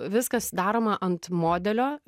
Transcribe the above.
viskas daroma ant modelio